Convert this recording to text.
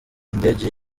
indege